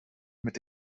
mit